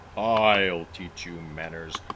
i'll teach you manners!